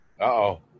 Uh-oh